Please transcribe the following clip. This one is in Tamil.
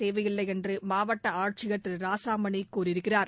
தேவையில்லை என்று மாவட்ட ஆட்சியர் திரு ராசாமணி கூறியிருக்கிறார்